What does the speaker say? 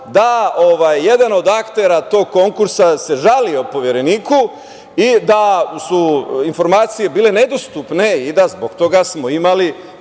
se jedan od aktera tog konkursa žalio Povereniku i da su informacije bile nedostupne i da smo zbog toga imali